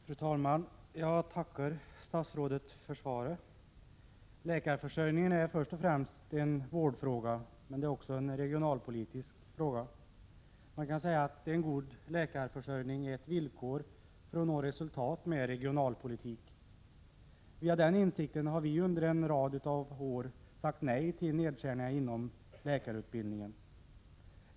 Fru talman! Jag tackar statsrådet för svaret. Läkarförsörjningen är först och främst en vårdfråga, men den är också en regionalpolitisk fråga. Man kan säga att en god läkarförsörjning är villkor för att man skall kunna nå resultat med regionalpolitiken. Mot bakgrund av den insikten har vi under en följd av år sagt nej till nedskärningar inom läkarutbildningen.